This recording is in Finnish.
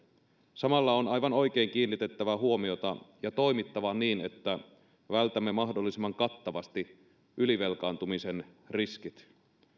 samalla on aivan oikein kiinnitettävä huomiota siihen ja toimittava niin että vältämme mahdollisimman kattavasti ylivelkaantumisen riskit